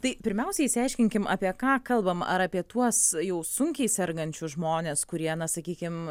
tai pirmiausia išsiaiškinkim apie ką kalbam ar apie tuos jau sunkiai sergančius žmones kurie na sakykim